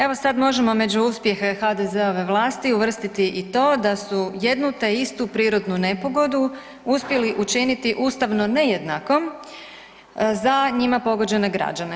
Evo sad možemo među uspjehe HDZ-ove vlasti uvrstiti i to da su jednu te istu prirodnu nepogodu uspjeli učiniti ustavno nejednakom za njima pogođene građane.